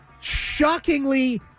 Shockingly